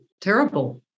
Terrible